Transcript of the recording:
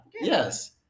yes